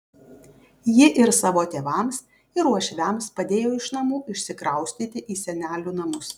ji ir savo tėvams ir uošviams padėjo iš namų išsikraustyti į senelių namus